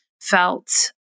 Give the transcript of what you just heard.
felt